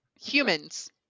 Humans